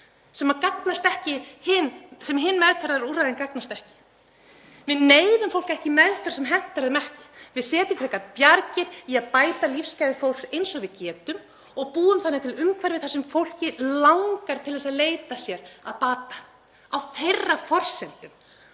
sem hin meðferðarúrræðin gagnast ekki. Við neyðum fólk ekki í meðferð sem hentar því ekki. Við setjum frekar bjargir í að bæta lífsgæði fólks eins og við getum og búum þannig til umhverfi þar sem fólk langar til að leita sér að bata, á eigin forsendum.